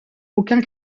aucun